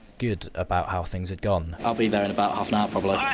good about how things had gone. i'll be there in about half an hour, probably.